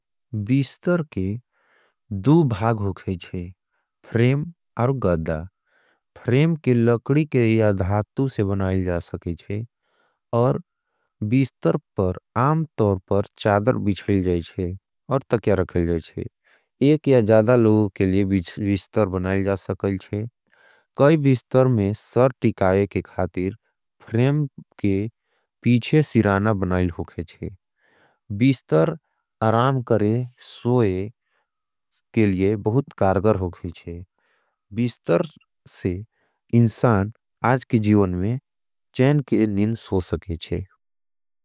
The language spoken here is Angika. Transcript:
बीस्तर के दू भाग होगे जे, फ्रेम और गद्धा, फ्रेम के लकड़ी के या धातु से बनाईल जा सके जे, और बीस्तर पर आम तोर पर चादर बिछेल जे जे और तक्या रखेल जे जे, एक या जदा लोग के लिए बीस्तर बनाईल जा सके जे, कई बीस्तर में सर टिकाय के खातिर फ्रेम के पीछे सिराना बनाईल होगे जे, बीस्तर अराम करे, सोए के लिए बहुत कारगर होगे जे, बीस्तर से इंसान आज के जीवन में चैन के निन सो सके जे।